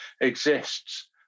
exists